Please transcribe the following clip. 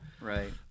right